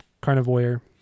Carnivore